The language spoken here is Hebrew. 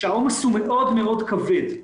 שהעומס הוא מאוד מאוד כבד.